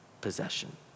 possession